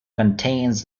contains